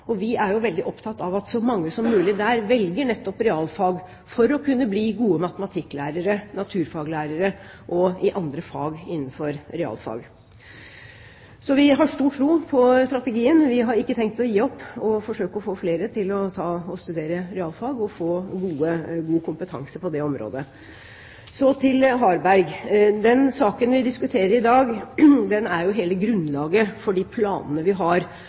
og vi er jo veldig opptatt av at så mange som mulig velger nettopp realfag for å kunne bli gode lærere i matematikk, i naturfag og i andre fag innenfor realfag. Så vi har stor tro på strategien. Vi har ikke tenkt å gi opp å forsøke å få flere til å studere realfag og få god kompetanse på det området. Så til Harberg. Den saken vi diskuterer i dag, er jo hele grunnlaget for de planene vi har